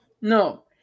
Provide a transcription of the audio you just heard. No